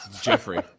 Jeffrey